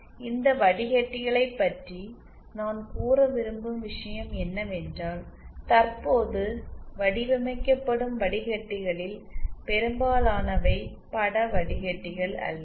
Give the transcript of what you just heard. இப்போது இந்த வடிக்கட்டிகளை பற்றி நான் கூற விரும்பும் விஷயம் என்னவென்றால் தற்போது வடிவமைக்கப்படும் வடிகட்டிகளில் பெரும்பாலானவை பட வடிகட்டிகள் அல்ல